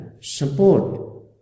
support